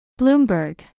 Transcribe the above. Bloomberg